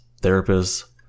therapists